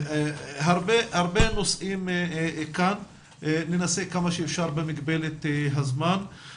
הרבה נושאים כאן אבל ננסה כמה שאפשר במגבלת הזמן לדון בהם.